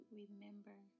remember